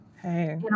Hey